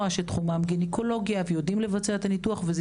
שתחומם גניקולוגיה והם יודעים לבצע את הניתוח וזה